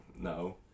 no